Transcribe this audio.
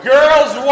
Girls